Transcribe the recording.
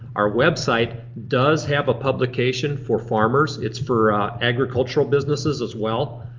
our website does have a publication for farmers, it's for agricultural businesses as well,